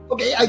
Okay